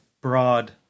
broad